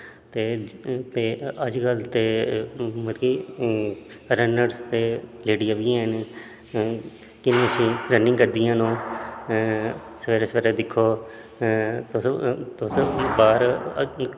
ते ते अज्जकल ते मतलब कि रनरस ते जेह्ड़ियां बी हैन किन्नी अच्छी रनिंग करदियां न ओह् सवेरे सवेरे दिक्खो तुस तुस बाह्र